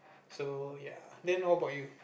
so ya then how about you